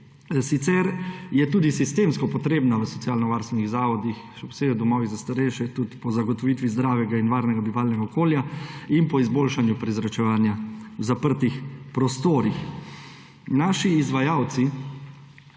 Sicer je tudi sistemsko potrebna v socialnovarstvenih zavodih, še posebej v domovih za starejše, tudi za zagotovitev zdravega in varnega bivalnega okolja in izboljšanja prezračevanja v zaprtih prostorih. Naši izvajalci